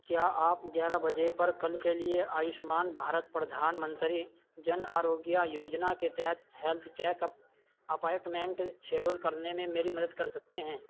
کیا آپ گیارہ بجے پر کل کے لیے آیوشمان بھارت پردھان منتری جن آروگیہ یوجنا کے تحت health check up appointment schedule کرنے میں میری مدد کر سکتے ہیں